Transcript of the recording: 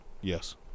Yes